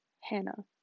Hannah